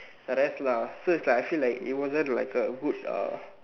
the rest lah so it's like I feel like it wasn't like a good uh